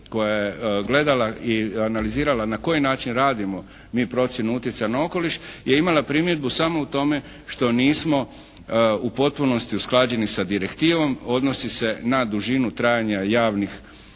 koja je gledala i analizirala na koji način radimo mi procjenu utjecaja na okoliš je imala primjedbu samo u tome što nismo u potpunosti usklađeni sa direktivom. Odnosi se na dužinu trajanja javnih